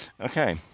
Okay